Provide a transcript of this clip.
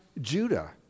Judah